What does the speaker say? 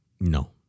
No